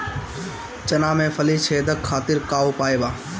चना में फली छेदक खातिर का उपाय बा?